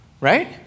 right